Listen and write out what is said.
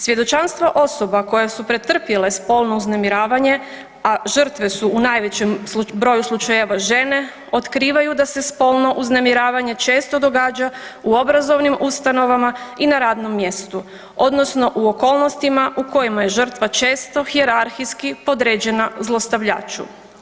Svjedočanstvo osoba koje su pretrpjele spolno uznemiravanje, s žrtve su u najvećem broju slučajeva žene, otkrivaju da se spolno uznemiravanje često događa u obrazovnim ustanovama i na radnom mjestu, odnosno u okolnostima u kojima je žrtva često hijerarhijski podređena zlostavljaču.